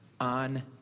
on